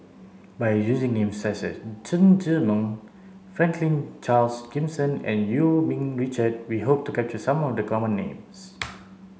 by using names such as Chen Zhiming Franklin Charles Gimson and Eu Yee Ming Richard we hope to capture some of the common names